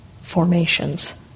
formations